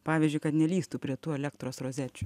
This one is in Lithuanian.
pavyzdžiui kad nelįstų prie tų elektros rozečių